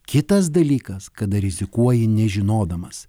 kitas dalykas kada rizikuoji nežinodamas